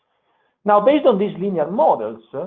now based on these linear models,